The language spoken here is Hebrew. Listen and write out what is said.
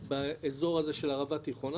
ובאזור הזה של ערבה תיכונה,